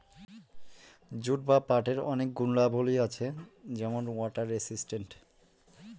jute বা পাটের অনেক গুণাবলী আছে যেমন ওয়াটার রেসিস্টেন্ট